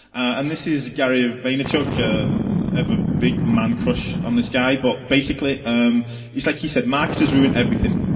and this is gary vaynerchuk have a big man crush on this guy, but basically um it's like he said market is ruined everything.